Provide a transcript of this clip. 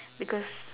because